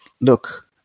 look